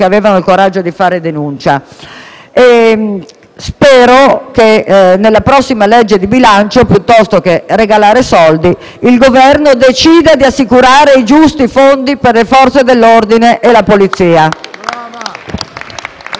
che avevano il coraggio di fare denuncia. Spero che nella prossima legge di bilancio, piuttosto che regalare soldi, il Governo decida di assicurare i giusti fondi per le Forze dell'ordine. *(Applausi